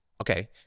okay